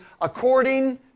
according